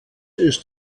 ist